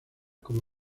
como